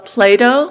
Plato